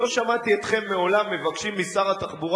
לא שמעתי אתכם מעולם מבקשים משר התחבורה